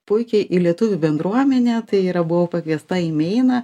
puikiai į lietuvių bendruomenę tai yra buvau pakviesta į meiną